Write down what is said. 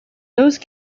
those